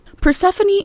Persephone